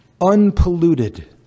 unpolluted